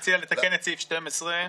הפתיע אותך חבר הכנסת ג'אבר עסאקלה.